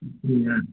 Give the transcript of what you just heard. அப்படியா